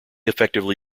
effectively